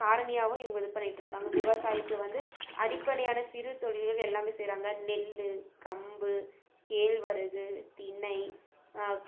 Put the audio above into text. காரணியாகவும் இவங்க இது பண்ணிட்டிருக்காங்க விவசாயத்தை வந்து அடிப்படையான சிறு தொழில்கள் எல்லாமே செய்கிறாங்க நெல் கம்பு கேழ்வரகு தினை